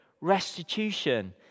restitution